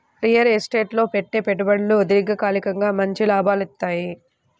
real estate లో పెట్టే పెట్టుబడులు దీర్ఘకాలికంగా మంచి లాభాలనిత్తయ్యి